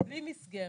בלי מסגרת,